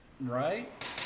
right